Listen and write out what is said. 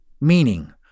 meaning